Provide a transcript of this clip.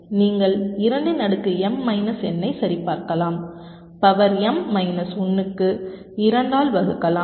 நீங்கள் 2 இன் அடுக்கு m மைனஸ் n ஐ சரிபார்க்கலாம் பவர் m மைனஸ் 1 க்கு 2 ஆல் வகுக்கலாம்